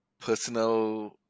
personal